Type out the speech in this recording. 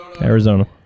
Arizona